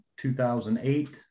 2008